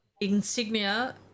insignia